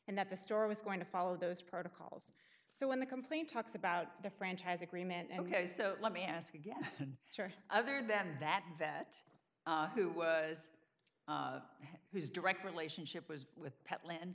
and that the store was going to follow those protocols so when the complaint talks about the franchise agreement ok so let me ask again other than that vet who was who's direct relationship was with pet land